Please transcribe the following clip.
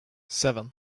seven